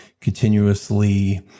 continuously